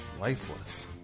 lifeless